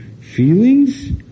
Feelings